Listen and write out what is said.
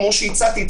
כמו שהצעתי,